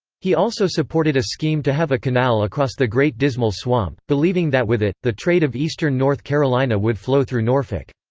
he also supported a scheme to have a canal across the great dismal swamp, believing that with it, the trade of eastern north carolina would flow through norfolk.